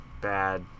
bad